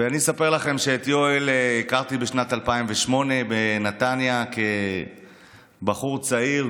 ואני אספר לכם שאת יואל הכרתי בשנת 2008 בנתניה כבחור צעיר,